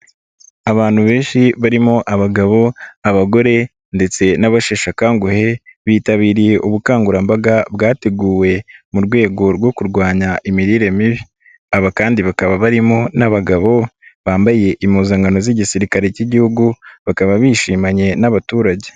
Abantu benshi barimo abagabo abagore ndetse n'abasheshe akanguhe bitabiriye ubukangurambaga bwateguwe mu rwego rwo kurwanya imirire mibi, aba kandi bakaba barimo n'abagabo bambaye impuzankano z'igisirikare k'Igihugu bakaba bishimanye n'abaturage.